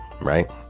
right